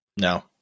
No